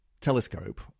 Telescope